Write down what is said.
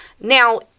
Now